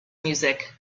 music